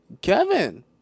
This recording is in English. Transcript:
Kevin